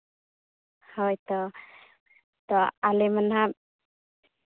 ᱦᱳᱭ ᱛᱳ ᱟᱞᱮ ᱢᱟ ᱱᱟᱦᱟᱜ